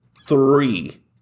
three